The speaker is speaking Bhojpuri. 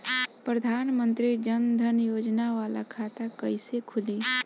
प्रधान मंत्री जन धन योजना वाला खाता कईसे खुली?